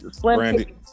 brandy